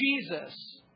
Jesus